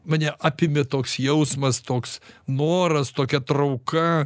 mane apėmė toks jausmas toks noras tokia trauka